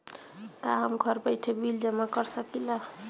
का हम घर बइठे बिल जमा कर शकिला?